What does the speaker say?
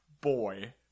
boy